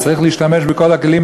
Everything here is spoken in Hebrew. צריך להשתמש בכל הכלים,